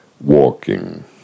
walking